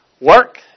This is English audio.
Work